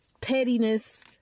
pettiness